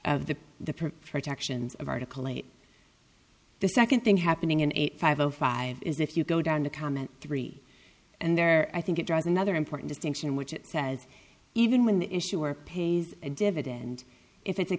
of the the protections of article eight the second thing happening in eight five zero five is if you go down to comment three and there i think it draws another important distinction which it says even when the issuer pays a dividend if it's a